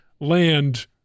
land